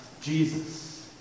Jesus